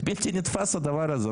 זה בלתי נתפס הדבר הזה.